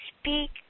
speak